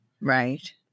right